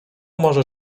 może